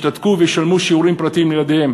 ישתתקו וישלמו על שיעורים פרטיים לילדיהם